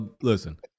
Listen